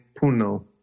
Puno